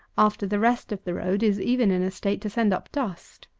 after the rest of the road is even in a state to send up dust.